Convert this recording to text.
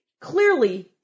clearly